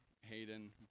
Hayden